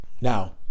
Now